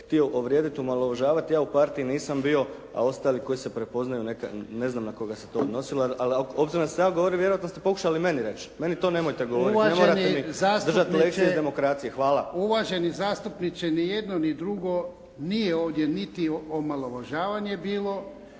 htio uvrijediti, omalovažavati. Ja u Partiji nisam bio, a ostali koji se prepoznaju neka, ne znam na koga se to odnosilo. Ali obzirom da sam ja govorio vjerujem da ste pokušali meni reći. Meni to nemojte govoriti. Ne morate mi držati lekcije iz demokracije. Hvala. **Jarnjak, Ivan (HDZ)** Uvaženi zastupniče, ni jedno ni drugo. Nije ovdje niti omalovažavanje bilo,